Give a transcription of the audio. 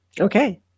Okay